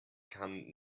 kann